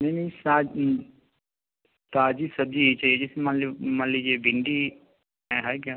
नहीं नहीं सा ताज़ी सब्ज़ी ही चाहिए जैसे मानलो मान लीजिए भिंडी है क्या